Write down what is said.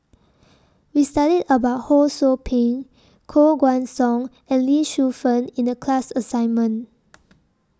We studied about Ho SOU Ping Koh Guan Song and Lee Shu Fen in The class assignment